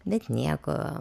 bet nieko